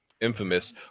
Infamous